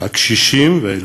הקשישים והילדים,